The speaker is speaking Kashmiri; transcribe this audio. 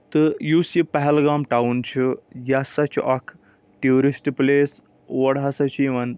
تہٕ یُس یہِ پہلگام ٹَوُن چھُ یہِ سا چھُ اکھ ٹوٗرِسٹ پٕلیس اور ہسا چھِ یِوان